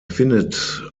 findet